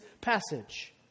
passage